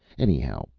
anyhow,